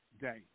day